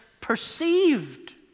perceived